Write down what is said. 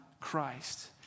Christ